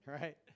right